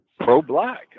pro-black